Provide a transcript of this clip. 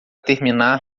terminar